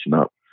up